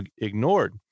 ignored